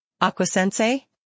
Aqua-sensei